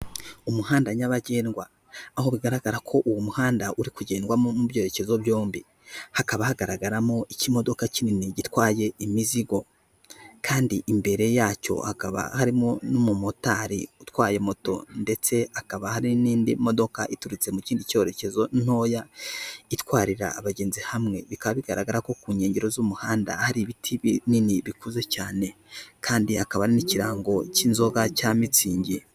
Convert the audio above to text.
Umuhanda nyabagendwa, aho bigaragara ko uwo muhanda uri kugendwamo mu byerekezo byombi. Hakaba hagaragaramo ikimodoka kinini gitwaye imizigo kandi imbere yacyo hakaba harimo n'umumotari utwaye moto ndetse hakaba hari n'indi modoka iturutse mu kindi cyerekezo ntoya, itwara abagenzi hamwe bikaba bigaragara ko ku nkengero z'umuhanda, hari ibiti binini bikuze cyane kandi hakaba n'ikirango cy'inzoga cya mitsingi.